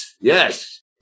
Yes